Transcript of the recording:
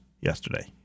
yesterday